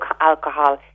alcohol